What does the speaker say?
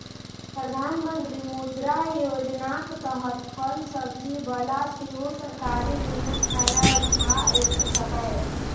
प्रधानमंत्री मुद्रा योजनाक तहत फल सब्जी बला सेहो सरकारी ऋणक फायदा उठा सकैए